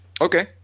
Okay